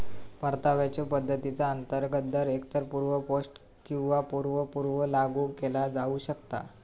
परताव्याच्यो पद्धतीचा अंतर्गत दर एकतर पूर्व पोस्ट किंवा पूर्व पूर्व लागू केला जाऊ शकता